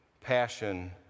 passion